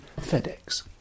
FedEx